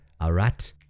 Arat